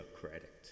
credit